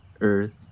earth